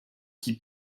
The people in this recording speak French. qui